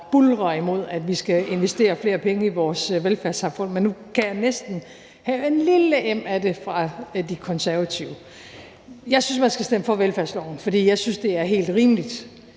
og buldrer imod, at vi skal investere flere penge i vores velfærdssamfund. Men nu kan jeg næsten fornemme, at der er en lille em af det fra De Konservative. Jeg synes, at man skal stemme for velfærdsloven, for jeg synes, det er helt rimeligt,